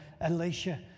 Elisha